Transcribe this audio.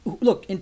look